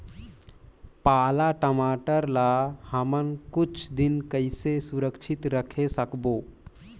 पाला टमाटर ला हमन कुछ दिन कइसे सुरक्षित रखे सकबो?